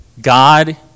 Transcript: God